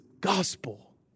gospel